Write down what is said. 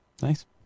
Nice